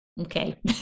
okay